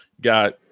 got